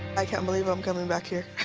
i can't believe i'm coming back here